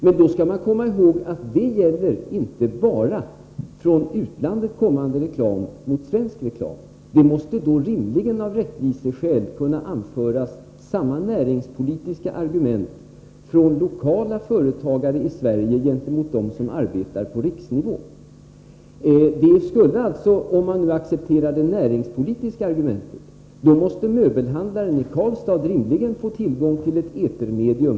Men då skall man komma ihåg att det inte bara gäller från utlandet kommande reklam gentemot svensk reklam. Samma näringspolitiska argument måste rimligen av rättviseskäl kunna anföras av lokala företagare i Sverige gentemot dem som arbetar på riksnivå. Om man accepterar det näringspolitiska argumentet, måste möbelhandlaren i Karlstad rimligen få tillgång till ett etermedium.